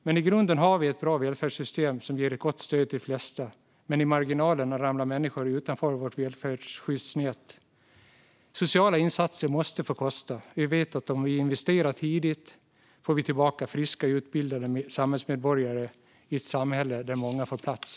Men i grunden har vi ett bra välfärdssystem som ger ett gott stöd till de flesta. Men i marginalerna ramlar människor utanför vårt välfärdsskyddsnät. Sociala insatser måste få kosta. Vi vet att om vi investerar tidigt får vi tillbaka friska och utbildade samhällsmedborgare i ett samhälle där många får plats.